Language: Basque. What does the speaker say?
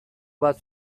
bat